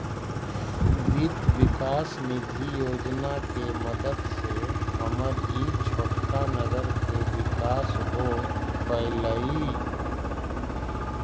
वित्त विकास निधि योजना के मदद से हमर ई छोटका नगर के विकास हो पयलई